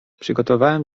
przygotowałem